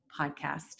Podcast